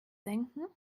denken